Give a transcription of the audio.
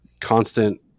constant